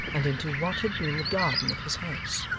and into what had been the garden of his house.